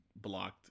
blocked